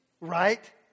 right